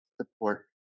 support